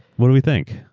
what do you think?